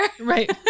Right